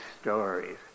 stories